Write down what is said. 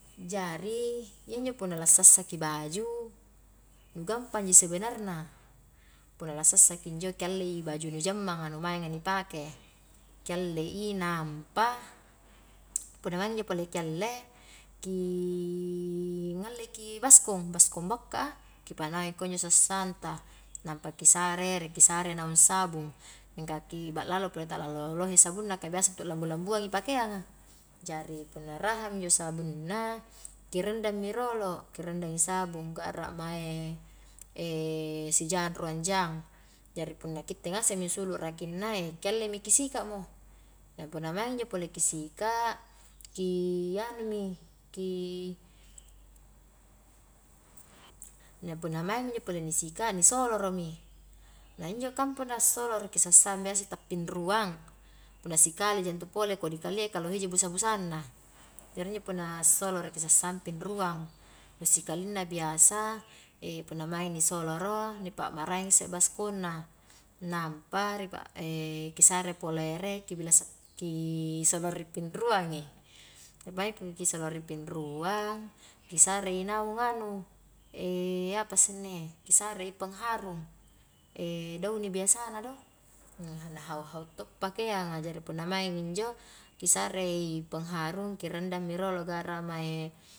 Jari iya injo punna lasassaki baju, nu gampangji sebenarna, punna lassasaki injo ki allei baju nu jammang a, nu maenga ni pake, ki allei nampa punna maingi injo pole kialle ki ngalleki baskom, baskom bakka a, ki panai kunjo sassangta nampa ki sare ere, ki sare naung sabung, mingka aki ba'lalo pole ta'lalo lohe sabunna ka biasa intu lambu-lambuangi pakeang a, jari punna raha mi injo sabungna ki rendam mi rolo, ki rendangi sabung, ga'ra mae sijang ruang jang, jari punna kitte ngasemi injo ansulu rakingna kiallemi ki sika' mo, na punna maeng injo pole ki sika' ki anumi, ki na punna maingi injo pole ni sikak ni soloromi, na injokan punna soloroki sassang biasa tappingruang, punna sikalija intu pole kodi kalia i ka lohei ji busa-busanna, jari injo punna soloroki sassang pinruang, nu sikalingna biasa punna maing ni soloro ni pa' maraeng isse baskom na nampa ri pa ki sare pole ere kibilasa ki solori pinruang i ki solori pinruang, kisare i naung anu apa isse inni kisare i pengharum downy biasana do, na hau-hau to papakean a jari punna maing injo kisarei pengharum ki rendam mi rolo garra mae.